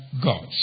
God's